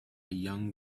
young